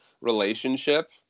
relationship